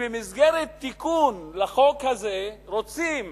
שבמסגרת תיקון לחוק הזה רוצים